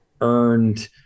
earned